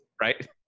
Right